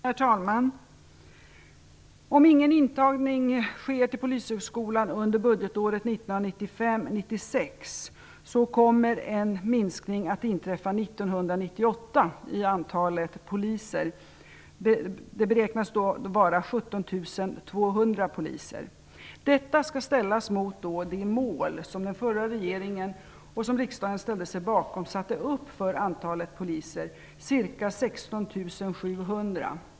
Herr talman! Om ingen intagning sker till Polishögskolan under budgetåret 1995/96, kommer en minskning att inträffa 1998 i antalet poliser. Det beräknas då vara 17 200. Detta skall ställas mot det mål som den förra regeringen satte upp för antalet poliser och som riksdagen ställde sig bakom, ca 16 700.